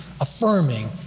affirming